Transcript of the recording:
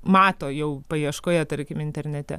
mato jau paieškoje tarkim internete